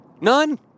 None